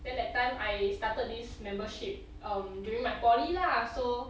then that time I started this membership um during my poly lah so